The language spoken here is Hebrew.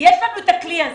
יש לנו את הכלי הזה,